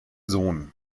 sohn